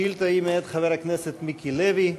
השאילתה היא מאת חבר הכנסת מיקי לוי.